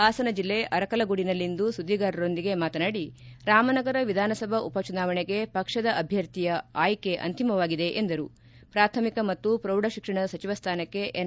ಹಾಸನ ಜಿಲ್ಲೆ ಅರಕಲಗೂಡಿನಲ್ಲಿಂದು ಅವರು ಸುದ್ದಿಗಾರರೊಂದಿಗೆ ಮಾತನಾಡಿ ರಾಮನಗರ ವಿಧಾನಸಭಾ ಉಪ ಚುನಾವಣೆಗೆ ಪಕ್ಷದ ಅಭ್ಯರ್ಥಿಯ ಆಯ್ಕೆ ಅಂಪಿಮವಾಗಿದೆ ಎಂದರುಪ್ರಾಥಮಿಕ ಮತ್ತು ಪ್ರೌಢಶಿಕ್ಷಣ ಸಚಿವ ಸ್ಥಾನಕ್ಕೆ ಎನ್